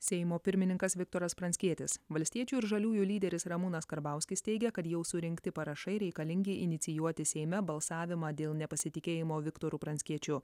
seimo pirmininkas viktoras pranckietis valstiečių ir žaliųjų lyderis ramūnas karbauskis teigia kad jau surinkti parašai reikalingi inicijuoti seime balsavimą dėl nepasitikėjimo viktoru pranckiečiu